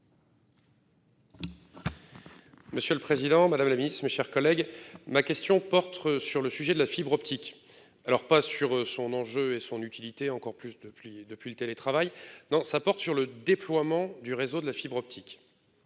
Monsieur le Président Madame la Ministre, mes chers collègues, ma question porte sur le sujet de la fibre optique. Alors pas sur son enjeu et son utilité, encore plus de pluie depuis le télétravail. Non, ça porte sur le déploiement du réseau de la fibre optique.